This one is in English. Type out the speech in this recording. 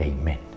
Amen